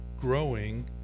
growing